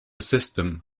system